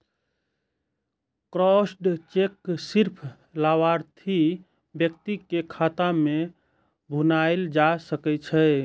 crossed cheque सिर्फ लाभार्थी व्यक्ति के खाता मे भुनाएल जा सकै छै